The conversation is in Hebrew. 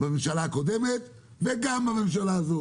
בממשלה הקודמת וגם בממשלה הזאת.